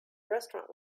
restaurant